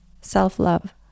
self-love